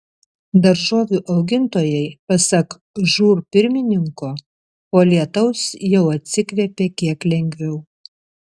daržovių augintojai pasak žūr pirmininko po lietaus jau atsikvėpė kiek lengviau